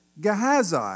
Gehazi